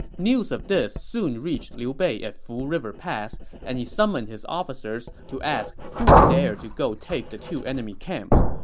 news of this soon reached liu bei at fu river pass, and he summoned his officers to ask who dared to go take the two enemy camps.